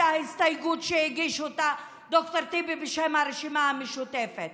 ההסתייגות שהגיש ד"ר טיבי בשם הרשימה המשותפת,